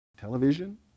television